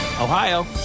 Ohio